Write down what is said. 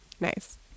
Nice